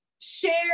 share